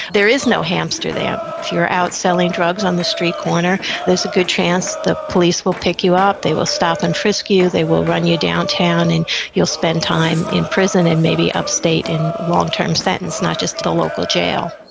there is no hamsterdam. if you are out selling drugs on the street corner, there's a good chance the police will pick you up, they will stop and frisk you, they will run you downtown and you will spend time in prison and maybe upstate in a long-term sentence, not just at the local jail.